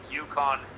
UConn